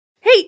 Hey